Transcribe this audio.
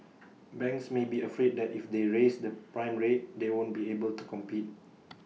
banks may be afraid that if they raise the prime rate they won't be able to compete